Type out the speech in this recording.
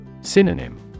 Synonym